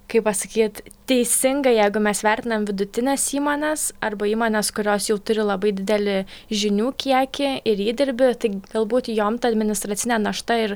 kaip pasakyt teisinga jeigu mes vertinam vidutines įmones arba įmones kurios jau turi labai didelį žinių kiekį ir įdirbį tai galbūt jom ta administracinė našta ir